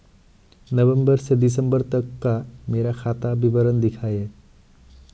नवंबर से दिसंबर तक का मेरा खाता विवरण दिखाएं?